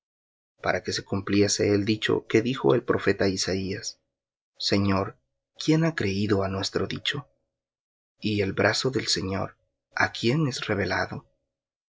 para que se cumpliese el dicho que dijo el profeta isaías señor quién ha creído á nuestro dicho y el brazo del señor á quién es revelado